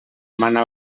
mana